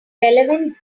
relevant